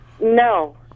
No